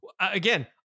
again